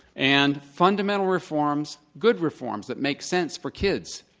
and fundamental reforms, good reforms that make sense for kids,